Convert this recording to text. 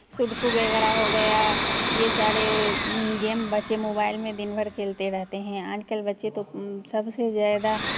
sudoku वगैरह हो गया ये सारे गेम बच्चे मोबाइल में दिनभर खेलते रहते हैं आजकल बच्चे तो सबसे ज़्यादा